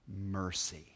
mercy